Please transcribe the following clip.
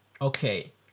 okay